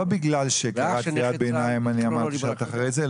לא בגלל שקראת קריאת ביניים אני אמרתי שאת אחרי זה,